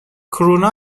کرونا